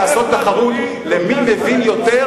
תגיד לי אתה מה ההבדל.